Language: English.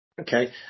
Okay